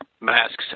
masks